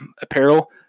apparel